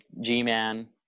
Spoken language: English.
G-man